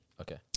okay